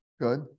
Good